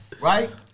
Right